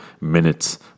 minutes